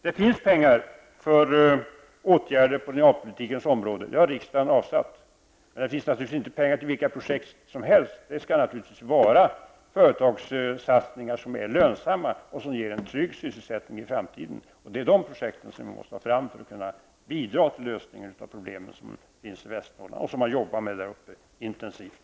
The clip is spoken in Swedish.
Det finns pengar för åtgärder på regionalpolitikens område. Dessa har riksdagen avsatt. Men det finns naturligtvis inte pengar till vilka projekt som helst. Det skall naturligtvis handla om företagssatsningar som är lönsamma och som ger en trygg sysselsättning i framtiden. Det är dessa projekt som vi måste få fram för att kunna bidra till lösningen av de problem som finns i Västernorrland och som man intensivt jobbar med där uppe.